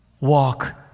walk